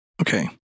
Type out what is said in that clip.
Okay